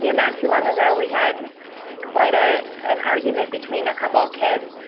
yeah not too long ago we had quite a an argument between a couple of kids.